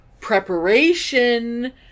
preparation